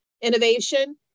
innovation